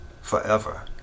forever